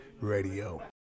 Radio